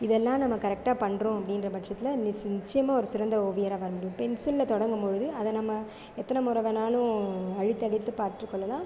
இதெல்லாம் நம்ம கரெக்டா பண்ணுறோம் அப்படிங்குற பட்சத்தில் மிஸ் இன்ஸ்டன்ட் சிறந்த ஓவியராக வர முடியும் இப்போ மிஷனில் தொடங்கும் பொழுது அதை நம்ம எத்தனை முறை வேணாலும் எடுத்து எடுத்து பார்த்து கொள்ளலாம்